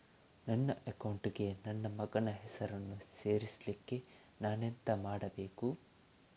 ನನ್ನ ಅಕೌಂಟ್ ಗೆ ನನ್ನ ಮಗನ ಹೆಸರನ್ನು ಸೇರಿಸ್ಲಿಕ್ಕೆ ನಾನೆಂತ ಮಾಡಬೇಕು?